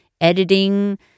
editing